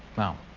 now,